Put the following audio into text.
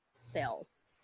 sales